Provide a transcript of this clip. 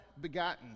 begotten